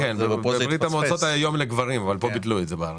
אבל פה בארץ ביטלו את זה.